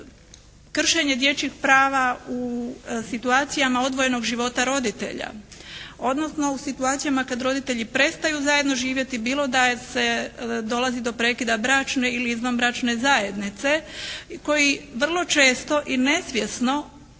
kršenje dječjih prava u situacijama odvojenog života roditelja, odnosno u situacijama kad roditelji prestaju zajedno živjeti bilo da se dolazi do prekida bračne ili izvanbračne zajednice koji vrlo često i nesvjesno,